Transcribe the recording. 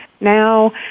now